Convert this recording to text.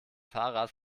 fahrrad